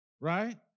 Right